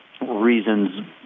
reasons